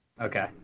Okay